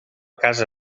casa